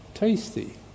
tasty